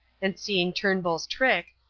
and seeing turnbull's trick,